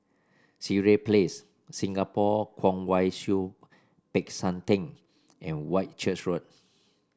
Sireh Place Singapore Kwong Wai Siew Peck San Theng and Whitchurch Road